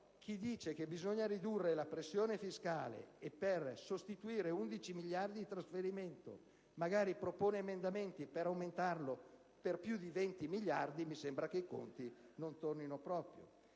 si dice che bisogna ridurre la pressione fiscale e per sostituire 11 miliardi di trasferimenti magari si propongono emendamenti per aumentarli per più di 20 miliardi, mi sembra che i conti non tornino proprio.